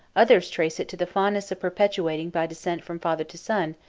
others trace it to the fondness of perpetuating, by descent from father to son,